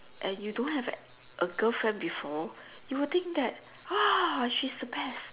and you don't have a girlfriend before you would think that ah she's the best